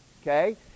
okay